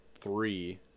three